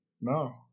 No